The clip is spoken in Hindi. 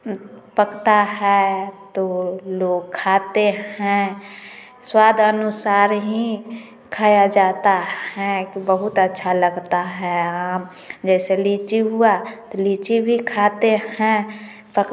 पकता है तो लोग खातें हैं स्वाद अनुसार ही खाया जाता है बहुत अच्छा लगता है आम जैसे लीची हुआ तो लीची भी खातें हैं